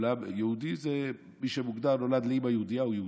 יהודי מוגדר כמי שנולד לאימא יהודייה הוא יהודי,